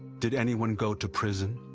did anyone go to prison?